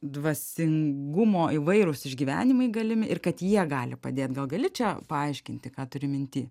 dvasingumo įvairūs išgyvenimai galimi ir kad jie gali padėt gal gali čia paaiškinti ką turi minty